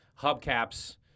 hubcaps